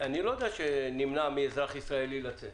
אני לא רוצה שנמנע מאזרח ישראלי לצאת.